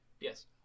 Yes